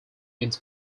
means